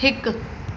हिकु